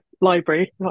library